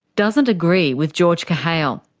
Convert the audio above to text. doesn't agree with george kahale.